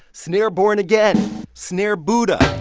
snare born again, snare buddha,